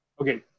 Okay